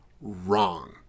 wrong